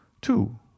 two